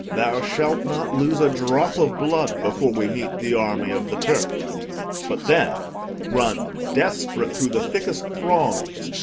thou shalt not lose a drop of blood before we meet the army of the turk but then run desperate through the thickest throngs,